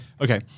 Okay